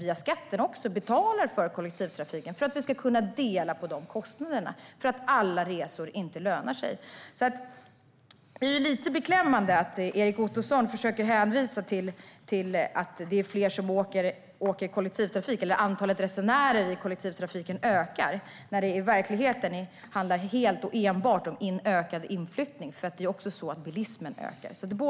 Vi betalar också via skatten för kollektivtrafiken för att vi ska kunna dela på dessa kostnader, eftersom alla resor inte lönar sig. Det är lite beklämmande att Erik Ottoson försöker hänvisa till att antalet resenärer i kollektivtrafiken ökar, när det i verkligheten handlar enbart om en ökad inflyttning. Det är också så att bilismen ökar.